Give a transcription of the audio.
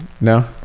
no